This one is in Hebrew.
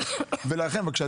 ובמקסימום אקבל עוד 10% החזר",